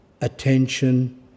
attention